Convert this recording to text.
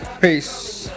Peace